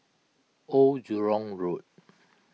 Old Jurong Road